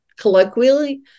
colloquially